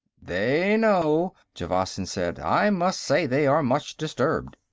they know, javasan said. i must say they are much disturbed.